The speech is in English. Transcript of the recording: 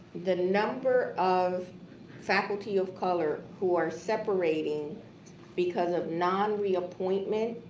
the number of faculty of color who are separating because of non-reappointment